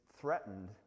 threatened